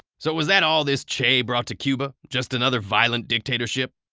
so was that all this che brought to cuba? just another violent dictatorship?